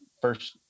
first